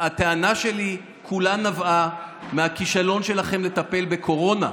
הטענה שלי כולה נבעה מהכישלון שלכם לטפל בקורונה,